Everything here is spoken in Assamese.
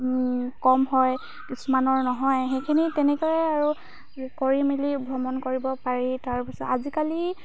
কম হয় কিছুমানৰ নহয় সেইখিনি তেনেকৈয়ে আৰু কৰি মেলি ভ্ৰমণ কৰিব পাৰি তাৰ পিছত আজিকালি